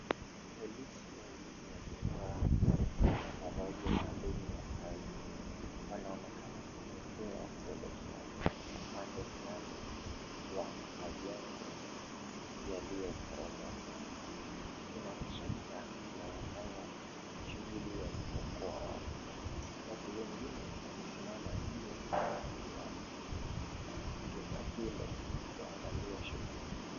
Polisi wawili waliovaa mavazi maalum ya kazi, wanaonekana kutembea kuelekea upande fulani wa majengo yaliyo poromoka. Kuna trakta]inayofanya shughuli ya kuokoa watu wengine wamesimama nje ya jumba hilo, kuangalia shughuli hiyo.